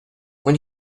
when